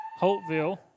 Holtville